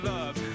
Love